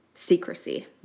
secrecy